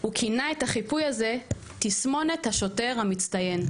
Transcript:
הוא כינה את החיפוי הזה "תסמונת השוטר המצטיין".